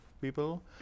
people